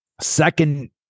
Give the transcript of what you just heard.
Second